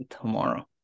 tomorrow